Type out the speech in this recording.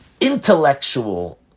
Intellectual